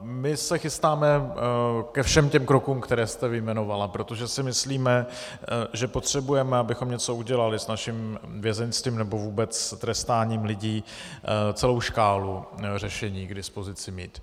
My se chystáme ke všem těm krokům, které jste vyjmenovala, protože si myslíme, že potřebujeme, abychom něco udělali s našim vězeňstvím, nebo vůbec trestáním lidí, celou škálu řešení k dispozici mít.